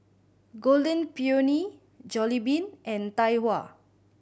Golden Peony Jollibean and Tai Hua